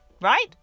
right